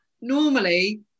Normally